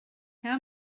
how